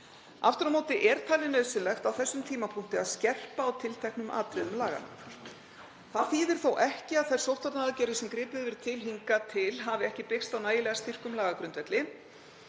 Aftur á móti er talið nauðsynlegt á þessum tímapunkti að skerpa á tilteknum atriðum laganna. Það þýðir þó ekki að þær sóttvarnaaðgerðir sem gripið hefur verið til hingað til hafi ekki byggst á nægilega styrkum lagagrundvelli.